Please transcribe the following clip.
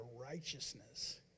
righteousness